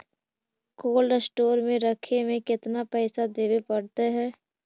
Cold store में रखे में केतना पैसा देवे पड़तै है?